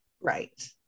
right